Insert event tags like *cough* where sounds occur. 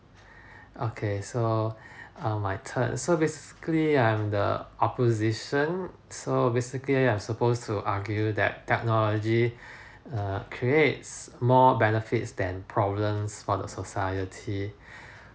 *breath* okay so *breath* uh my turn so basically I am the opposition so basically I suppose to argue that technology *breath* err create more benefits than problems for the society *breath*